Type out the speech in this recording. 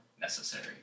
necessary